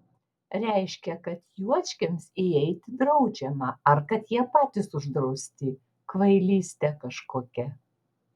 reiškia kad juočkiams įeiti draudžiama ar kad jie patys uždrausti kvailystė kažkokia